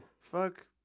Fuck